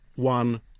one